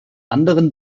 anderen